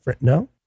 No